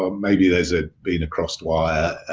um maybe there's ah been a crossed wire.